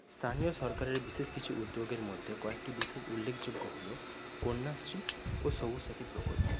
স্থানীয় সরকারের বিশেষ কিছু উদ্যোগের মধ্যে কয়েকটি বিশেষ উল্লেখযোগ্য হল কন্যাশ্রী ও সবুজ সাথী প্রকল্প